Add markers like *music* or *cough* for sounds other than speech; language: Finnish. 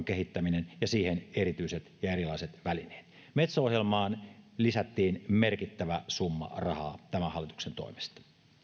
*unintelligible* kehittäminen ja siihen erityiset ja erilaiset välineet metso ohjelmaan lisättiin merkittävä summa rahaa tämän hallituksen toimesta